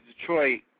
Detroit